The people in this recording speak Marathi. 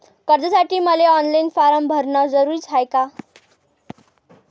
कर्जासाठी मले ऑनलाईन फारम भरन जरुरीच हाय का?